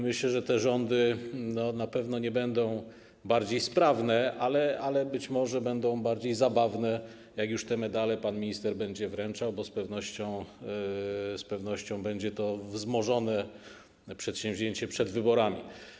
Myślę, że te rządy na pewno nie będą bardziej sprawne, ale być może będą bardziej zabawne, jak już te medale pan minister będzie wręczał, bo z pewnością będzie to wzmożone przedsięwzięcie przed wyborami.